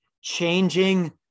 changing